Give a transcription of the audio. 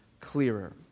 clearer